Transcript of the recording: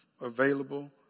available